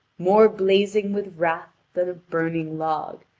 more blazing with wrath than a burning log,